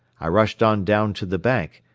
i rushed on down to the bank,